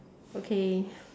okay